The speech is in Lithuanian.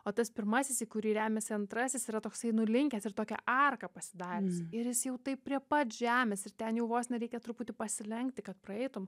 o tas pirmasis į kurį remiasi antrasis yra toksai nulinkęs ir tokia arka pasidariusi ir jis jau taip prie pat žemės ir ten jau vos ne reikia truputį pasilenkti kad praeitum